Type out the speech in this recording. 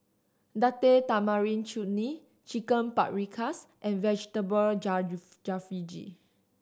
Date Tamarind Chutney Chicken Paprikas and Vegetable Jalfrezi